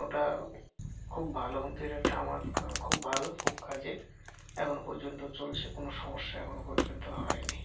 ওটা খুব ভালো হোম থিয়েটারটা আমার খুব ভালো খুব কাজের এখনও পর্যন্ত চলছে কোনো সমস্যা এখনও পর্যন্ত হয়নি